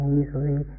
easily